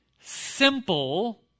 simple